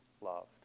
loved